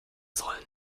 sollen